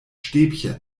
stäbchen